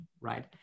right